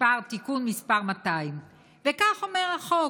תיקון מס' 200. וכך אומר החוק: